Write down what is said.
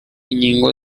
inkingo